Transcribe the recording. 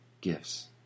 gifts